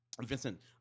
Vincent